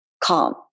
calm